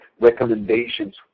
recommendations